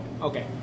Okay